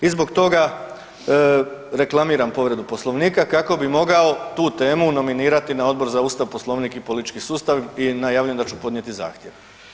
I zbog toga reklamiram povredu Poslovnika kako bi mogao tu temu normirati na Odbor za ustav, Poslovnik i politički sustav i najavljujem da ću podnijeti zahtjev.